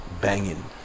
Banging